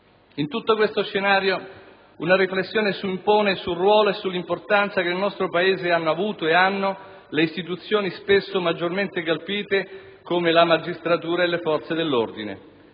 In tutto questo scenario una riflessione si impone sul ruolo e sull'importanza che nel nostro Paese hanno avuto ed hanno le istituzioni spesso maggiormente colpite, come la magistratura e le forze dell'ordine.